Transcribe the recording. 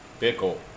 Bickle